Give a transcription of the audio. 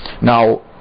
Now